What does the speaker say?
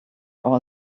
all